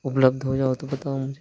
उपलब्ध हो जाओ तो बताओ मुझे